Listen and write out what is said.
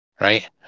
Right